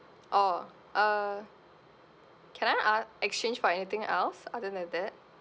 oh uh can I uh exchange for anything else other than that